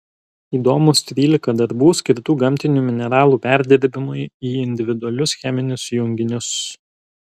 įdomūs trylika darbų skirtų gamtinių mineralų perdirbimui į individualius cheminius junginius